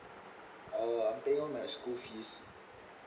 uh I'm paying on my school fees